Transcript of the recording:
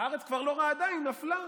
הארץ כבר לא רעדה, היא נפלה.